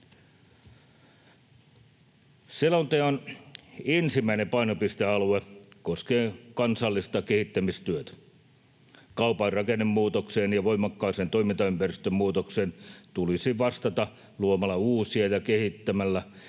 Selonteon ensimmäinen painopistealue koskee kansallista kehittämistyötä. Kaupan rakennemuutokseen ja voimakkaaseen toimintaympäristön muutokseen tulisi vastata luomalla uusia ja kehittämällä